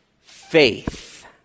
faith